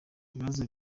ibibazo